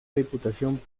diputación